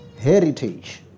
heritage